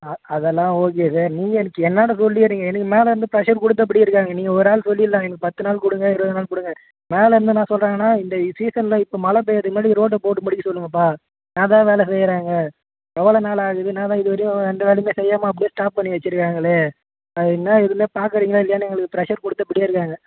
அ அதெல்லாம் okay sir நீங்கள் அதுக்கு என்னோடய சூழலிலே நீங்கள் எனக்கு மேலிருந்து ப்ரெஷ்ஷர் கொடுத்தப்படியே இருக்காங்க நீங்கள் ஒரு ஆள் சொல்லிடலாம் எனக்கு பத்துநாள் கொடுங்க இருபது நாள் கொடுங்கன்னு மேலிருந்து என்ன சொல்கிறாங்கன்னா இந்த சீசனில் இப்போ மழை பெய்கிறத்துக்கு முன்னாடி ரோடை போட்டு முடிக்க சொல்லுங்கப்பா என்னதான் வேலை செய்கிறாங்க எவ்வளோ நாள் ஆகுது என்னென்னா இது வரையும் எந்த வேலையுமே செய்யாமல் அப்படியே ஸ்டாப் பண்ணி வச்சுருக்காங்களே என்ன இதெல்லாம் பார்க்கறீங்களா இல்லையான்னு எங்களுக்கு ப்ரெஷ்ஷர் கொடுத்தப்படியே இருக்காங்க